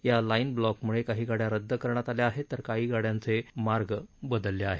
या लाईनब्लॉकमुळे काही गाड्या रद्द करण्यात आल्या आहेत तर काही गाड्यांचे मार्ग बदलण्यात आले आहेत